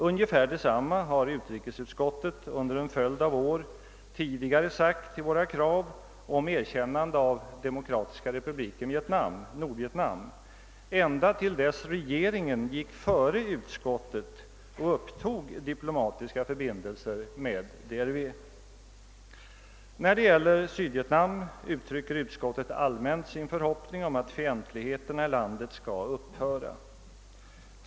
Ungefär detsamma har utrikesutskottet under en följd av år tidigare sagt i anslutning till våra krav på erkännande av Demokratiska republiken Vietnam — Nordvietnam — ända till dess regeringen gick före utskottet och upptog diplomatiska förbindelser med DRV. När det gäller Sydvietnam uttrycker utskottet allmänt sin förhoppning om att fientligheterna i landet skall upphöra.